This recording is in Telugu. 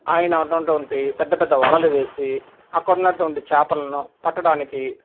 ఆయన ఉన్నటువంటి పెద్ద పెద్ద వలలు వేసి అక్కడ ఉన్నటువంటి చేపలను పట్టడానికి